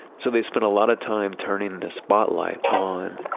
so they spent a lot of time turning the spotlight on,